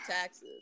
taxes